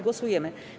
Głosujemy.